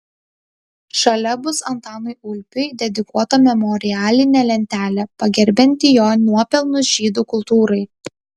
šalia bus antanui ulpiui dedikuota memorialinė lentelė pagerbianti jo nuopelnus žydų kultūrai